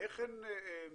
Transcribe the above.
איך הן מנוהלות,